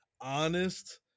honest